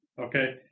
Okay